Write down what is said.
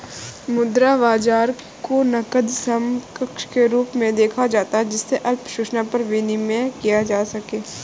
मुद्रा बाजार को नकद समकक्ष के रूप में देखा जाता है जिसे अल्प सूचना पर विनिमेय किया जा सके